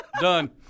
done